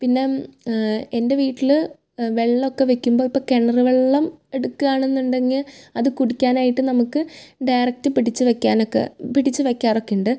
പിന്നെ എൻ്റെ വീട്ടിൽ വെള്ളമൊക്കെ വെയ്ക്കുമ്പോൾ ഇപ്പം കിണർ വെള്ളം എടുക്കയാണെന്നുണ്ടെങ്കിൽ അത് കുടിക്കാനായിട്ട് നമുക്ക് ഡയറക്റ്റ് പിടിച്ച് വെയ്ക്കാനൊക്കെ പിടിച്ച് വെയ്ക്കാറൊക്കെയുണ്ട്